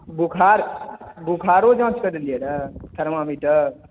बुखारो जाँच करबेलियै रहय थरमामीटर